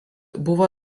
buvo